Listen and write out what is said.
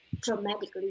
dramatically